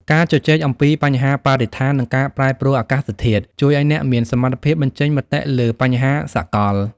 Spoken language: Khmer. ការជជែកអំពីបញ្ហាបរិស្ថាន និងការប្រែប្រួលអាកាសធាតុ ជួយឱ្យអ្នកមានសមត្ថភាពបញ្ចេញមតិលើបញ្ហាសកល។